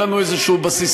יהיה לנו איזה בסיס,